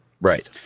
Right